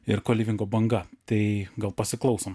ir kolivingo banga tai gal pasiklausom